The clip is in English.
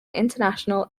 international